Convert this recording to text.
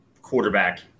quarterback